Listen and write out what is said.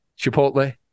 chipotle